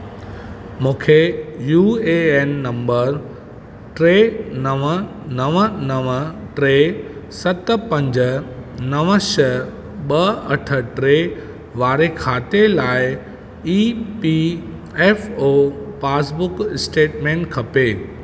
मूंखे U A N number टे नव नव नव टे सत पंज नव छह ॿ अठ टे वारे खाते लाइ E P F O passbook statement खपे